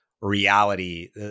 reality